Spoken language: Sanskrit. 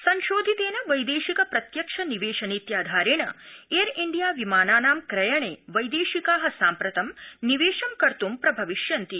संशोधितेन वैदेशिक प्रत्यक्ष निवेश नीत्याधारेण एयर इण्डिया विमानानां क्रयणे वैदेशिका साम्प्रतं निवेशं कर्त् प्रभविष्यन्ति